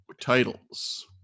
titles